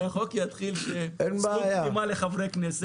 שהחוק יתחיל בזכות קדימה לחברי כנסת